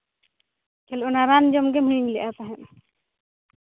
ᱮᱱ ᱦᱤᱞᱳᱜ ᱚᱱᱟ ᱨᱟᱱ ᱡᱚᱢ ᱜᱮᱢ ᱦᱤᱲᱤᱧ ᱞᱮᱫᱼᱟ ᱛᱟᱦᱮᱸᱫ